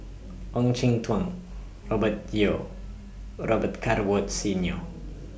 Ong Jin Teong Robert Yeo Robet Carr Woods Senior